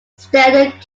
standard